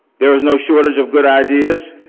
there is no shortage of good ideas,